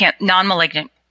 non-malignant